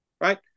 right